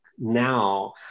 now